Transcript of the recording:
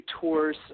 tours